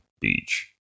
beach